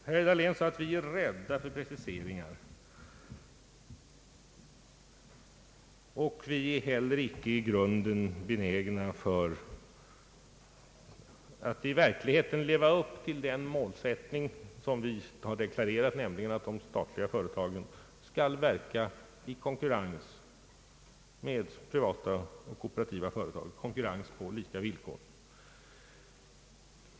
Herr Dahlén sade att vi är rädda för preciseringar och att vi i grunden icke är benägna att i verkligheten leva upp till den målsättning som vi har deklarerat, nämligen att de statliga företagen skall verka i konkurrens med privata och kooperativa företag på lika villkor.